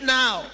now